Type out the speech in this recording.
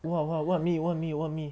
what what what me what me what me